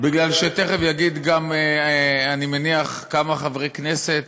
בגלל שתכף יגידו גם, אני מניח, כמה חברי כנסת